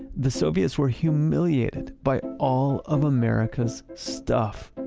the soviets were humiliated by all of america's stuff.